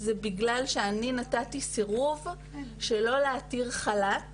זה בגלל שאני נתתי סירוב שלא להתיר חל"ת